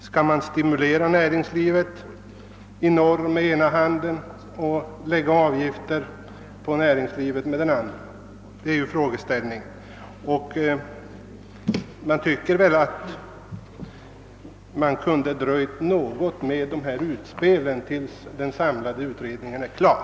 Skall man stimulera näringslivet i norr med den ena handen och lägga avgifter på näringslivet med den andra? Det är frågeställningen. Jag tycker att man kunde ha dröjt med detta utspel tills den samlade utredningen var klar.